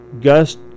Gust